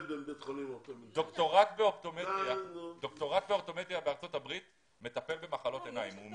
דוקטורט באופטומטריה בארצות הברית מטפל במחלות עיניים.